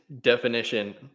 definition